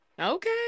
Okay